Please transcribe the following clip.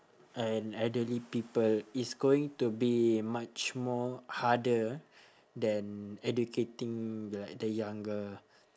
an elderly people it's going to be much more harder than educating the like the younger